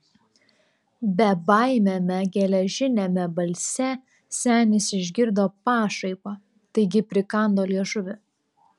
bebaimiame geležiniame balse senis išgirdo pašaipą taigi prikando liežuvį